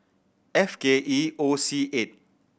F K E O C eight